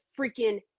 freaking